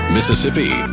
Mississippi